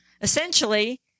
Essentially